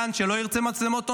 גן שלא ירצה מצלמות און-ליין,